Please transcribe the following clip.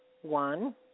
One